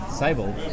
Sable